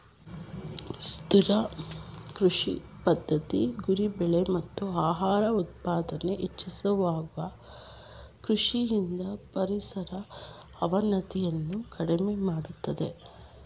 ಸುಸ್ಥಿರ ಕೃಷಿ ಪದ್ಧತಿ ಗುರಿ ಬೆಳೆ ಮತ್ತು ಆಹಾರ ಉತ್ಪಾದನೆ ಹೆಚ್ಚಿಸುವಾಗ ಕೃಷಿಯಿಂದ ಪರಿಸರ ಅವನತಿಯನ್ನು ಕಡಿಮೆ ಮಾಡ್ತದೆ